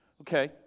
Okay